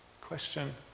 Question